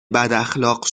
بداخلاق